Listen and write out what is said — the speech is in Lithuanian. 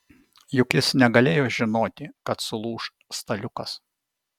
juk jis negalėjo žinoti kad sulūš staliukas